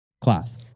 class